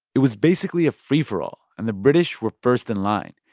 it was basically a free-for-all. and the british were first in line.